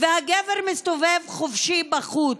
והגבר מסתובב חופשי בחוץ,